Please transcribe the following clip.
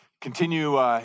Continue